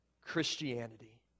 Christianity